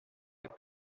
les